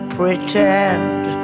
pretend